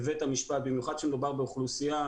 בבית המשפט, במיוחד שמדובר באוכלוסייה,